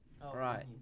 right